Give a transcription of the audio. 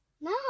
No